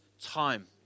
time